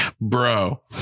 Bro